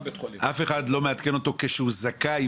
אף אחד לא מעדכן אותו גם כשהוא זכאי.